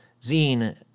zine